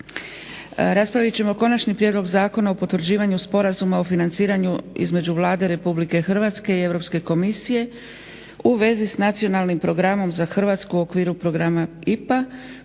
Raspravit ćemo - Konačni prijedlog zakona o potvrđivanju Sporazuma o financiranju između Vlade RH i Europske komisije u vezi s Nacionalnim programom za Hrvatsku u okviru Programa